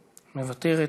מוותרת.